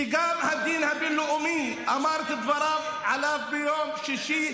שגם הדין הבין-לאומי אמר את דבריו עליהם ביום שישי,